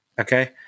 okay